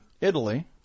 Italy